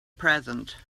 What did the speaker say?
present